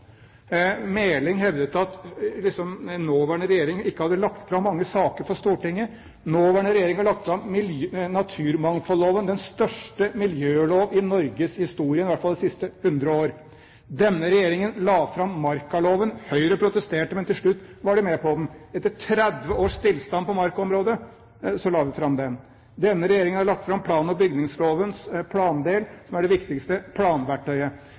Meling hevdet at nåværende regjering ikke hadde lagt fram så mange saker for Stortinget. Nåværende regjering har lagt fram naturmangfoldloven, den største miljølov i norgeshistorien – i hvert fall i de siste 100 år. Denne regjeringen la fram markaloven. Høyre protesterte, men til slutt var de med på den. Etter 30 års stillstand på markaområdet la vi den fram. Denne regjeringen har lagt fram plan- og bygningslovens plandel, som er det viktigste planverktøyet.